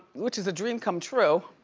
which is a dream come true.